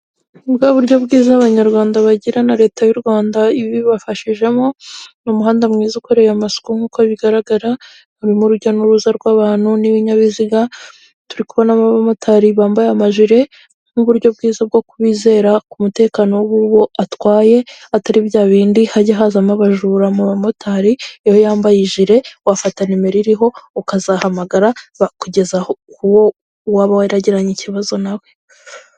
Nibwo buryo bwiza abanyarwanda bagi na Leta y'u Rwanda ibibafashijemo, ni umuhanda mwiza ukoreye amasuku nk'uko bigaragara, harimo rujya n'uruza rw'abantu n'ibinyabiziga, turi kubonamo abamotari bambaye amajiri nk'uburyo bwiza bwo kubizera ku mutekano w'uwo atwaye, atari bya bindi hajya hazamo abajura mu bamotari, iyo yambaye ijire wafata nimero iriho ukazahamagara, bakakugeza k'uwo waba waragiranye ikibazo nawe.